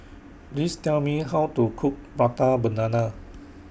Please Tell Me How to Cook Prata Banana